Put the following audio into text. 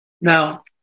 Now